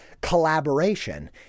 collaboration